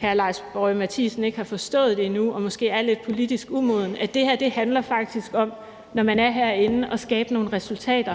hr. Lars Boje Mathiesen ikke har forstået det endnu og måske er lidt politisk umoden, men det handler faktisk om, når man er herinde, at skabe nogle resultater.